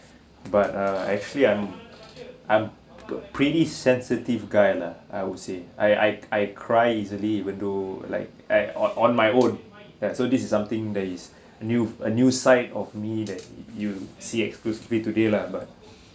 but uh actually I'm I'm pe~ pretty sensitive guy lah I would say I I I cry easily even though like eh on on my own ya so this is something that is new a new side of me that you see exclusively today lah but